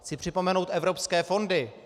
Chci připomenout evropské fondy.